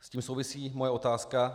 S tím souvisí moje otázka.